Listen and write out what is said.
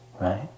Right